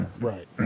Right